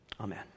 Amen